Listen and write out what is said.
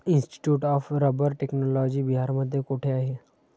Institute of rubber technology बिहारमध्ये कोठे आहे?